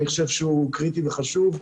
אני חושב שהוא קריטי וחשוב,